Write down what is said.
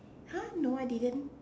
!huh! no I didn't